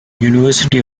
university